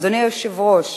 אדוני היושב-ראש,